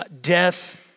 death